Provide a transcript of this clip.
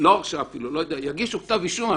הרשעה אפילו לא הרשעה, אלא שיגישו כתב אישום.